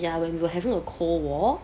ya when we were having a cold war